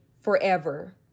forever